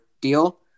deal